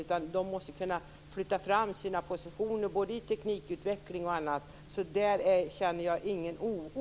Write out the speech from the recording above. Positionerna måste flyttas fram både när det gäller teknikutveckling och annat. Så där känner jag ingen oro.